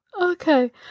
Okay